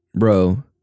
Bro